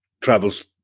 travels